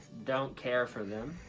don't care for them.